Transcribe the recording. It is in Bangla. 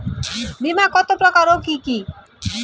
বীমা কত প্রকার ও কি কি?